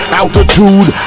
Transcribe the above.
altitude